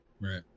Right